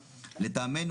לטעמנו,